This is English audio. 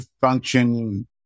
function